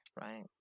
right